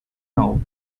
nou